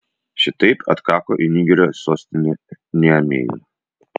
šitaip atkako į nigerio sostinę niamėjų